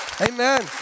amen